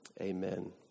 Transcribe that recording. Amen